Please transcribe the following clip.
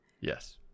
yes